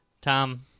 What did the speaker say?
Tom